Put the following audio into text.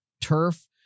turf